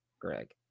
Greg